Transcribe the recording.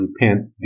repent